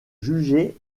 jugé